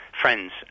friends